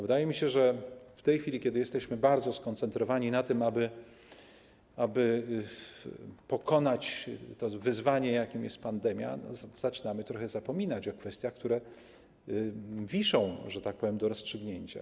Wydaje mi się, że w tej chwili, kiedy jesteśmy bardzo skoncentrowani na tym, aby pokonać to wyzwanie, jakim jest pandemia, zaczynamy trochę zapominać o kwestiach, które, że tak powiem, wiszą do rozstrzygnięcia.